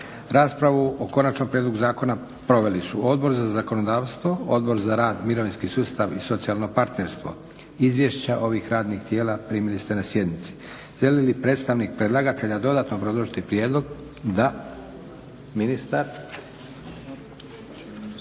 Raspravu o Konačnom prijedlogu proveli su Odbor za zakonodavstvo, Odbor za rad, mirovinski sustav i socijalno partnerstvo. Izvješća ovih radnih tijela primili ste na sjednici. Želi li predstavnik predlagatelja dodatno obrazložiti prijedlog? Da. Ministar